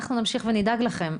אנחנו נמשיך ונדאג לכם.